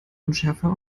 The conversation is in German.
unschärfer